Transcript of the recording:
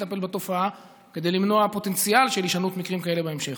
לטפל בתופעה כדי למנוע פוטנציאל של הישנות מקרים כאלה בהמשך.